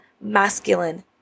masculine